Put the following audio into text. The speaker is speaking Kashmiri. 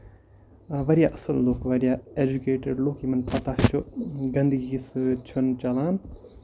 واریاہ اَصٕل لُکھ واریاہ ایجُوکیٹڈ لُکھ یِمن پَتہ چھُ گندگی سۭتۍ چھُ نہٕ چلان